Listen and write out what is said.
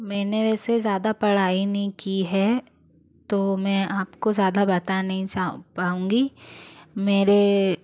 मैंने वैसे ज़्यादा पढ़ाई नहीं की है तो मैं आपको ज़्यादा बता नहीं पाऊंगी मेरे